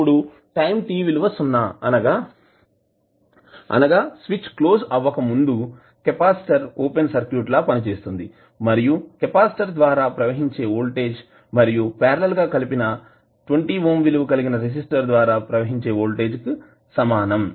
ఇప్పుడు time t విలువ ఉంటే అనగా స్విచ్ క్లోజ్ అవ్వకముందు కెపాసిటర్ ఓపెన్ సర్క్యూట్ లా పనిచేస్తుంది మరియు కెపాసిటర్ ద్వారా ప్రవహించే వోల్టేజ్ మరియు పార్లల్ గా కలిపిన 20 ఓం విలువ కలిగిన రెసిస్టర్ ద్వారా ప్రవహించే వోల్టేజ్ కి సమానం